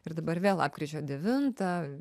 ir dabar vėl lapkričio devintą